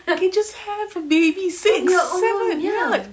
I can just have a baby six seven ya